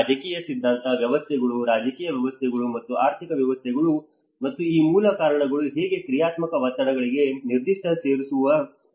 ರಾಜಕೀಯ ಸಿದ್ಧಾಂತ ವ್ಯವಸ್ಥೆಗಳು ರಾಜಕೀಯ ವ್ಯವಸ್ಥೆಗಳು ಮತ್ತು ಆರ್ಥಿಕ ವ್ಯವಸ್ಥೆಗಳು ಮತ್ತು ಈ ಮೂಲ ಕಾರಣಗಳು ಹೇಗೆ ಕ್ರಿಯಾತ್ಮಕ ಒತ್ತಡಗಳಿಗೆ ನಿರ್ದಿಷ್ಟ ಸೇರಿಸುವ ಸಿದ್ಧಾಂತಗಳನ್ನು ರಚಿಸಬಹುದು